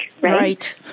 Right